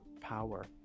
power